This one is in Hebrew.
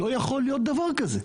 לא יכול להיות דבר כזה.